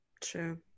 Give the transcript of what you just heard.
True